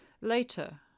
Later